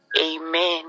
Amen